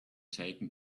taken